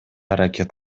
аракет